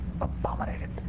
abominated